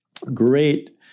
great